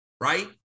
right